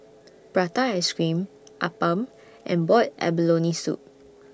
Prata Ice Cream Appam and boiled abalone Soup